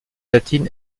latine